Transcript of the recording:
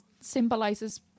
symbolizes